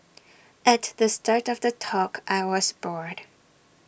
at the start of the talk I was booed